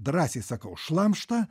drąsiai sakau šlamštą